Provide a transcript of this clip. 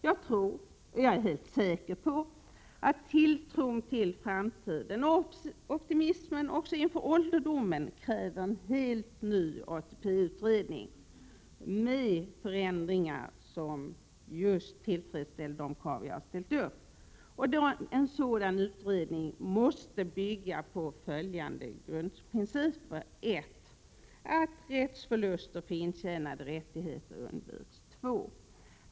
Jag tror — ja, jag är helt säker på — att tilltron till framtiden och optimismen också inför ålderdomen kräver en helt ny ATP-utredning, så att det kan bli förändringar som just tillfredsställer de krav jag har ställt upp. En sådan utredning måste bygga på följande grundpriciper: 1. Att rättsförluster för intjänade rättigheter undviks. 2.